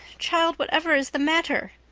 child, whatever is the matter?